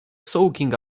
soaking